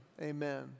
amen